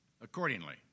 accordingly